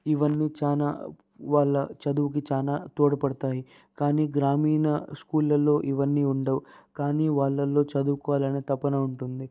ఇవన్నీ చాలా వాళ్ళ చదువుకి చాలా తోడ్పడతాయి కానీ గ్రామీణ స్కూళ్ళలో ఇవన్నీ ఉండవు కానీ వాళ్ళలో చదువుకోవాలనే తపన ఉంటుంది